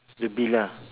the bill lah